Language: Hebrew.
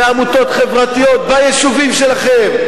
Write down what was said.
בעמותות חברתיות ביישובים שלכם.